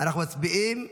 אנחנו מצביעים.